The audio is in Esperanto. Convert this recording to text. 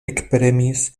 ekpremis